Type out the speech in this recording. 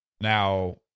Now